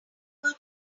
able